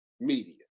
media